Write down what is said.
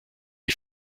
les